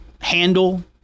handle